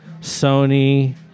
Sony